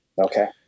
Okay